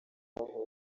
w’aho